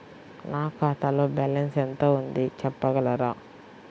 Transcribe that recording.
నా ఖాతాలో బ్యాలన్స్ ఎంత ఉంది చెప్పగలరా?